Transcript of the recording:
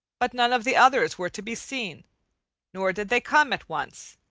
but none of the others were to be seen nor did they come at once,